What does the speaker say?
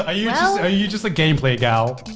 ah yeah are you just a gameplay gal?